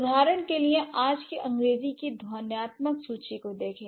उदाहरण के लिए आज की अंग्रेजी की ध्वन्यात्मक सूची को देखें